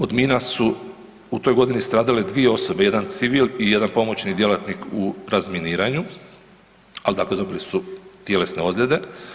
Od mina su u toj godini stradale dvije osobe, jedan civil i jedan pomoćni djelatnik u razminiranju, al dakle dobili su tjelesne ozljede.